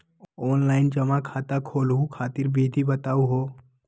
Online जमा खाता खोलहु खातिर विधि बताहु हो?